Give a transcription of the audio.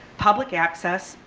public access,